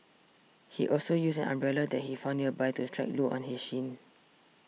he also used an umbrella that he found nearby to strike Loo on his shin